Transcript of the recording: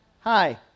Hi